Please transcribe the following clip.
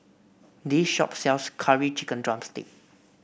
this shop sells Curry Chicken drumstick